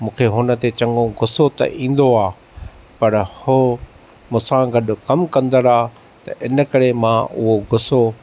मूंखे हुन ते चङो गुसो त ईंदो आहे पर हू मूं सां गॾु कमु कंदड़ आहे त हिन करे मां उहो गुसो